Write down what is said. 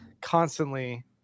constantly